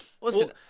Listen